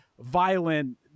violent